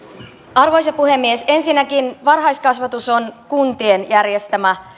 arvoisa puhemies ensinnäkin varhaiskasvatus on kuntien järjestämä